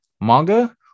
Manga